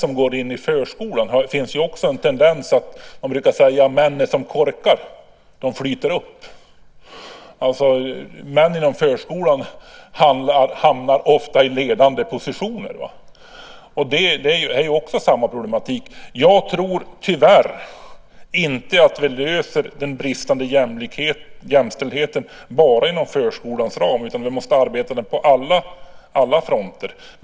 Man brukar säga att män är som korkar. De flyter upp. Männen i förskolan hamnar ofta i ledande positioner. Det är samma problem. Jag tror tyvärr inte att vi löser den bristande jämställdheten bara inom förskolans ram. Vi måste arbeta på alla fronter.